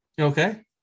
okay